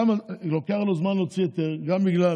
לוקח לו זמן להוציא היתר, גם בגלל